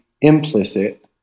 implicit